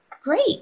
great